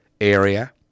area